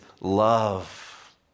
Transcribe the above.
love